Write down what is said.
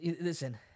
listen